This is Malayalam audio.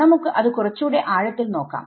നമുക്ക് അത് കുറച്ചൂടെ ആഴത്തിൽ നോക്കാം